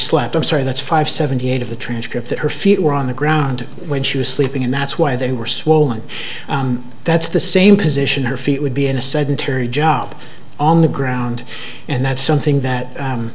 slept i'm sorry that's five seventy eight of the transcript that her feet were on the ground when she was sleeping and that's why they were swollen that's the same position her feet would be in a sedentary job on the ground and that's something that